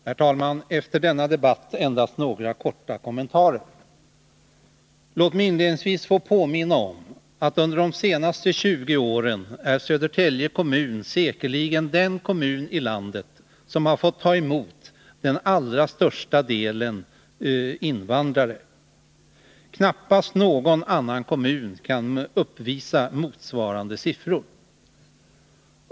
Herr talman! Efter dessa debattinlägg skall jag endast göra några korta kommentarer. Låt mig inledningsvis påminna om att Södertälje kommun säkerligen är den kommun i landet som under de senaste 20 åren har fått ta emot den allra största delen av invandrarna. Knappast någon annan kommun kan uppvisa motsvarande siffror.